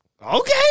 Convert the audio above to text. Okay